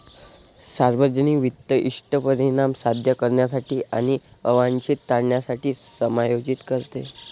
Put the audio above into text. सार्वजनिक वित्त इष्ट परिणाम साध्य करण्यासाठी आणि अवांछित टाळण्यासाठी समायोजित करते